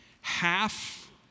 half